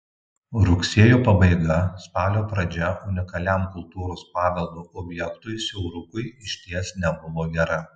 rugsėjo pabaiga spalio pradžia unikaliam kultūros paveldo objektui siaurukui išties nebuvo gera